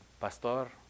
Pastor